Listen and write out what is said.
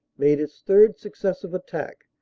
made its third successive attack,